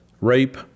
rape